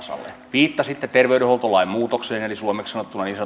viittasitte terveydenhuoltolain muutokseen eli suomeksi sanottuna niin sanottuun